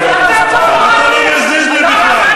אתה גזען.